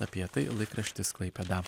apie tai laikraštis klaipėda